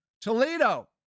Toledo